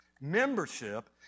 Membership